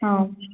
ಹಾಂ